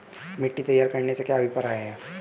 मिट्टी तैयार करने से क्या अभिप्राय है?